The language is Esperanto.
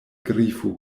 grifo